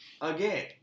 Again